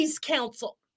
counsel